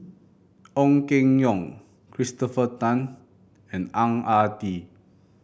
Ong Keng Yong Christopher Tan and Ang Ah Tee